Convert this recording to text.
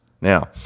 Now